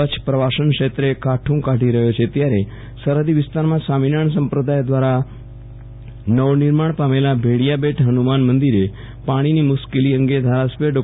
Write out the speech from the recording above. કચ્છ પ્રવાસન ક્ષેત્રે કાઠું કાઢી રહ્યો છે ત્યારે સરહદી વિસ્તારમાં સ્વામિનારાયણ સંપ્રદાય દ્વારા નવનિર્માણ પામેલાં ભેડિયાબેટ હનુમાન મંદિરે પાણીની મુશ્કેલી અંગે ધારાસભ્ય ડો